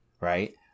right